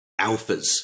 Alphas